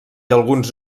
alguns